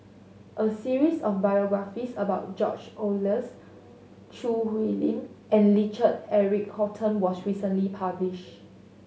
a series of biographies about George Oehlers Choo Hwee Lim and Richard Eric Holttum was recently published